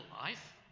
life